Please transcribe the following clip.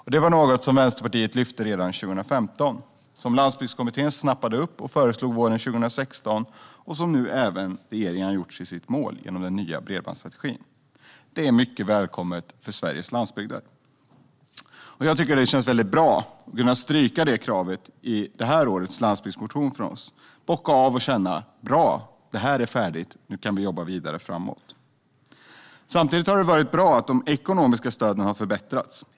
Detta var något som Vänsterpartiet lyfte upp redan 2015, som Landsbygdskommittén snappade upp och föreslog på våren 2016 och som nu även regeringen har gjort till sitt mål genom den nya bredbandsstrategin. Det är mycket välkommet för Sveriges landsbygder. Det känns mycket bra att kunna stryka detta krav i årets landsbygdsmotion från oss och att bocka av det och känna: Bra, det här är färdigt - nu kan vi jobba vidare framåt. Samtidigt har det varit bra att de ekonomiska stöden har förbättrats.